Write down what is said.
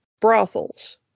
brothels